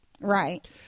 Right